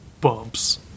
bumps